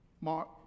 Mark